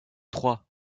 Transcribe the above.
trois